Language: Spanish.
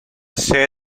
sede